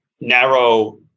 narrow